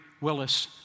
Willis